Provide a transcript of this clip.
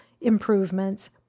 improvements